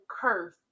curse